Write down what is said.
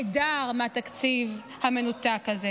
כה נעדר מהתקציב המנותק הזה.